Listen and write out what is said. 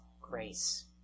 grace